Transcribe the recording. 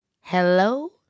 hello